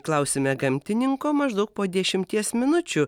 klausime gamtininko maždaug po dešimties minučių